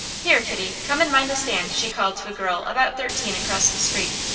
here, kitty, come and mind the stand, she called to a girl about thirteen across the street,